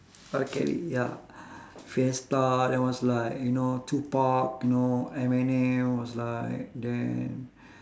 R kelly ya fiesta that was like you know two pac you know eminem was like damn